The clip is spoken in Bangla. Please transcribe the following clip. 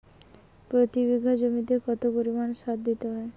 প্রতি বিঘা জমিতে কত পরিমাণ সার দিতে হয়?